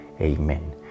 amen